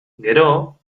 gero